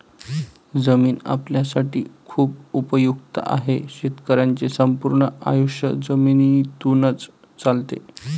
जमीन आपल्यासाठी खूप उपयुक्त आहे, शेतकऱ्यांचे संपूर्ण आयुष्य जमिनीतूनच चालते